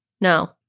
No